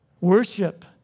Worship